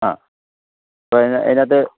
ആ അപ്പം അതിനകത്ത്